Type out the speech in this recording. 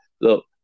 Look